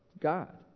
God